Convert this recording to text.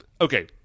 okay